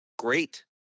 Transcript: great